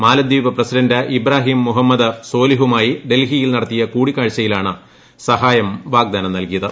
മാല ദ്വീപ് പ്രസിഡന്റ് ഇബ്രാഹിം മുഹമ്മദ് സോലിഹുമായി ഡൽഹിയിൽ നടത്തിയ കൂടിക്കാഴ്ചയിലാണ് സഹായ വാഗ്ദാനം നൽകിയത്